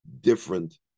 different